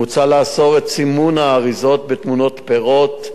מוצע לאסור את סימון האריזות בתמונות פירות,